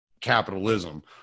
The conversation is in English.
capitalism